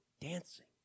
dancing